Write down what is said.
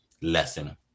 lesson